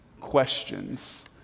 questions